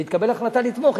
והיא תקבל החלטה לתמוך,